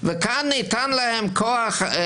וכאן אולי החלישו את הכוח של